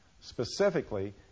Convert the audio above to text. Specifically